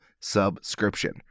subscription